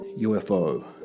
UFO